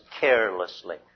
carelessly